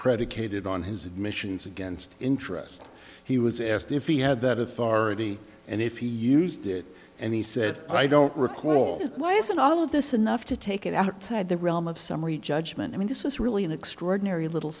predicated on his admissions against interest he was asked if he had that authority and if he used it and he said i don't recall why isn't all of this enough to take it outside the realm of summary judgment i mean this is really an extraordinary little